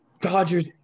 Dodgers